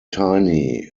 tiny